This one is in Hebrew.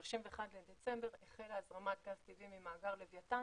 וב-31 בדצמבר 2019 החלה הזרמת גז טבעי ממאגר לווייתן,